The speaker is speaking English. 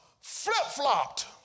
flip-flopped